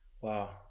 wow